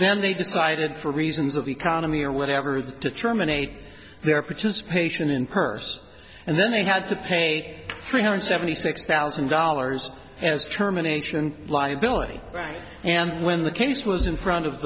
then they decided for reasons of economy or whatever the to terminate their participation in purse and then they had to pay three hundred seventy six thousand dollars as terminations liability right and when the case was in front of